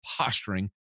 posturing